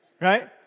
right